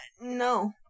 No